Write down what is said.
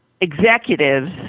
executives